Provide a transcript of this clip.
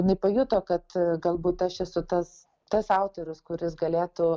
jinai pajuto kad galbūt aš esu tas tas autorius kuris galėtų